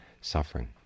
suffering